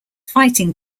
fighting